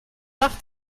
nach